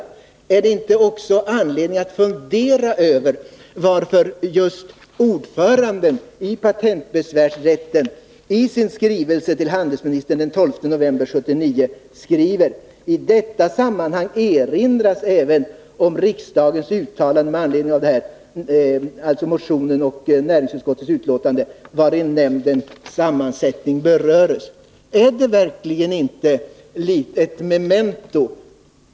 Finns det inte anledning att fundera över varför just ordföranden i patentbesvärsrätten i sin skrivelse till handelsministern den 12 november 1979 skrev: I detta sammanhang erinras även om riksdagens uttalande med anledning av motionen och näringsutskottets betänkande, vari nämndens sammansättning berörs. Är detta verkligen inte ett memento?